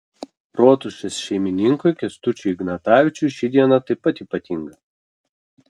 rotušės šeimininkui kęstučiui ignatavičiui ši diena taip pat ypatinga